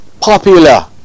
popular